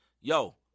Yo